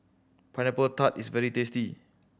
Pineapple Tart is very tasty